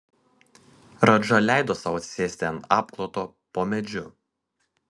radža leido sau atsisėsti ant apkloto po medžiu